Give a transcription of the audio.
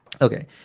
Okay